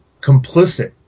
complicit